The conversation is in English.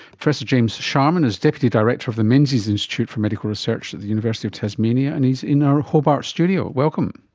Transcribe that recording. professor james sharman is deputy director of the menzies institute for medical research at the university of tasmania, and he's in our hobart studio. welcome.